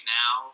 now